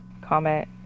comment